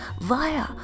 via